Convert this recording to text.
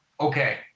Okay